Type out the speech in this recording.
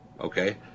Okay